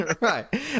Right